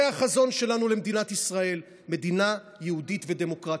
זה החזון שלנו למדינת ישראל: מדינה יהודית ודמוקרטית.